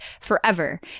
forever